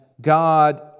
God